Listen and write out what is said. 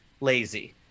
lazy